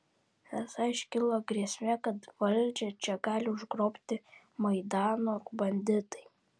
esą iškilo grėsmė kad valdžią čia gali užgrobti maidano banditai